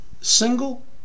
Single